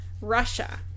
Russia